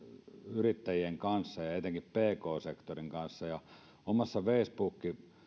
yrittäjien kanssa ja ja etenkin pk sektorin kanssa omassa facebook